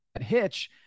hitch